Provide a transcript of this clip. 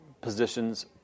positions